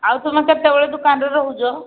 ଆଉ ତୁମେ କେତେବେଳେ ଦୋକାନରେ ରହୁଛ